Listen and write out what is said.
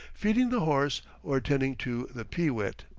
feeding the horse, or attending to the pee-wit.